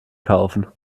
kaufen